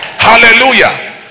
Hallelujah